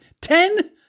Ten